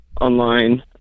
online